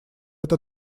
это